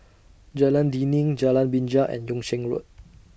Jalan Dinding Jalan Binja and Yung Sheng Road